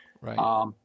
Right